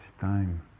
time